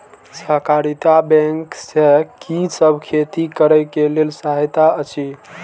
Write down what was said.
सहकारिता बैंक से कि सब खेती करे के लेल सहायता अछि?